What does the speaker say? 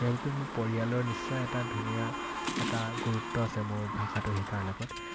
সেইবাবে মোৰ পৰিয়ালৰ নিশ্চয় এটা ধুনীয়া এটা গুৰুত্ব আছে মোৰ ভাষাটো শিকাৰ লগত